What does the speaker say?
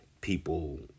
people